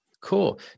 Cool